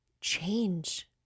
change